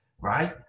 right